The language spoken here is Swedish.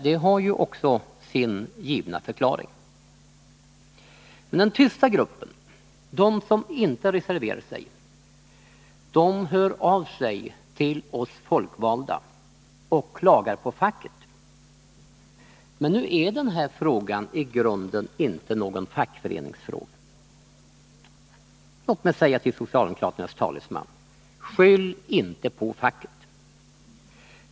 Det har sin givna förklaring. Men den tysta gruppen — de som inte reserverar sig — hör av sig till oss folkvalda och klagar på facket. Men nu är den här frågan i grunden inte någon fackföreningsfråga. Låt mig säga till socialdemokraternas talesman: Skyll inte på facket!